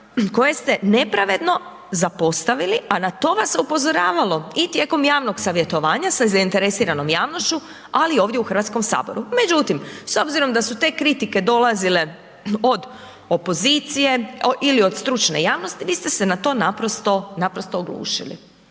koje ste nepravedno zapostavili, a na to vam se je upozoravalo i tijekom javnog savjetovanja sa zainteresiranom javnošću, ali i ovdje u HS. Međutim, s obzirom da su te kritike dolazile od opozicije ili od stručne javnosti, vi ste se na to naprosto,